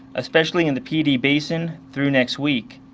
especially in the pd basin through next week.